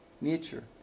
nature